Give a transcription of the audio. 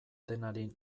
denari